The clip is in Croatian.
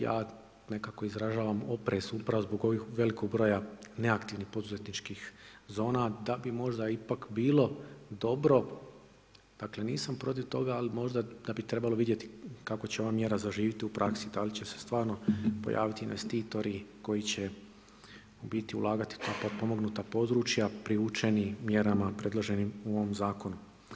Ja nekako izražavam oprez upravo zbog ovog velikog broja neaktivnih poduzetničkih zona, da bi možda ipak bilo dobro, dakle nisam protiv toga ali možda da bi trebalo vidjeli kako će ova mjera zaživjeti u praksi, da li će se stvarno pojaviti investitori koji će u biti ulagati u ta potpomognuta područja priučeni mjerama predloženim u ovom zakonu.